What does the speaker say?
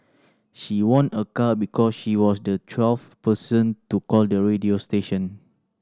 she won a car because she was the twelfth person to call the radio station